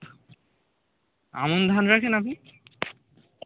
আমন ধান রাখেন আপনি